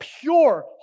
pure